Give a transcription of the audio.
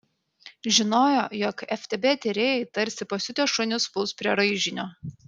žinojo jog ftb tyrėjai tarsi pasiutę šunys puls prie raižinio